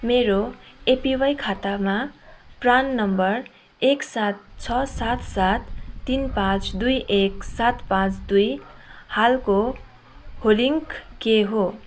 मेरो एपिवाई खातामा PRAN number एक सात छ सात सात तिन पाँच दुई एक सात पाँच दुई हालको होल्डिङ के हो